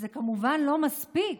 וזה כמובן לא מספיק,